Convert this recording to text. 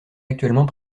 actuellement